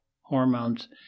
hormones